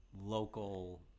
local